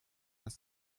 das